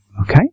Okay